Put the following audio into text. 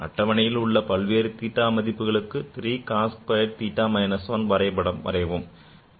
அட்டவணையில் உள்ள பல்வேறு theta மதிப்பு களுக்கு 3 cos squared theta minus 1 க்கு வரைபடம் வரைவோம்